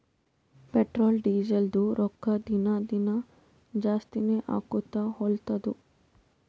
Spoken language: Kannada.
ಪೆಟ್ರೋಲ್, ಡೀಸೆಲ್ದು ರೊಕ್ಕಾ ದಿನಾ ದಿನಾ ಜಾಸ್ತಿನೇ ಆಕೊತ್ತು ಹೊಲತ್ತುದ್